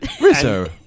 Rizzo